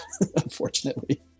unfortunately